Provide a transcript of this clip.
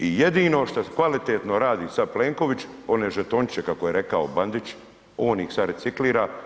I jedino što kvalitetno radi sada Plenković one žetončiće kako je rekao Bandić on ih sad reciklira.